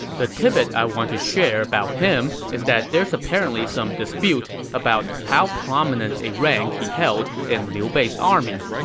the tidbit i want to share about him is that there's apparently some dispute about how prominent a rank he held in liu bei's army.